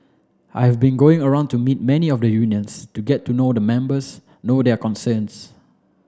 I have been going around to meet many of the unions to get to know the members know their concerns